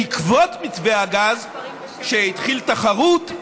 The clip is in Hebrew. בעקבות מתווה הגז, כשהתחילה תחרות,